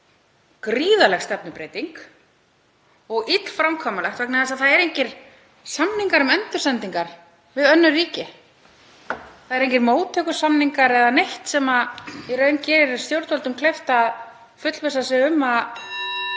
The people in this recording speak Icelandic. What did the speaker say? gríðarleg stefnubreyting og illframkvæmanlegt vegna þess að það eru engir samningar um endursendingar við önnur ríki. Það eru engir móttökusamningar eða neitt sem gerir stjórnvöldum kleift að fullvissa sig um að